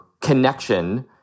connection